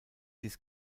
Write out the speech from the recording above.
dies